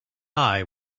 eye